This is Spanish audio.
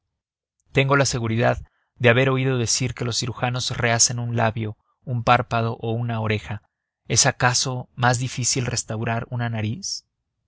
tengo la seguridad de haber oído decir que los cirujanos rehacen un labio un párpado o una oreja es acaso más difícil restaurar una nariz